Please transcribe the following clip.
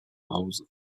hause